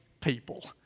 people